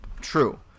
True